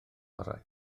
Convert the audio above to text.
orau